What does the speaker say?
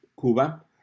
Cuba